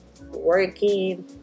working